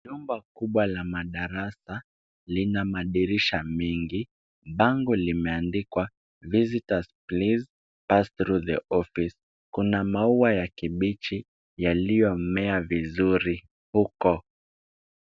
Jumba kubwa la madarasa lina madirisha mengi. Bango limeandikwa visitors please pass through the offics .Kuna maua ya kibichi yaliyomea vizuri huko.